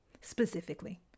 Specifically